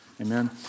Amen